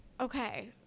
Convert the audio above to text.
okay